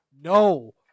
No